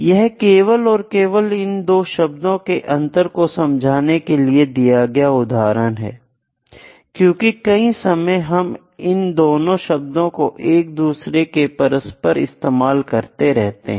यह केवल और केवल इन दो शब्दों के अंतर को समझाने के लिए दिए गए उदाहरण हैं क्योंकि कई समय हम इन दोनों शब्दों को एक दूसरे के परस्पर इस्तेमाल करते रहते हैं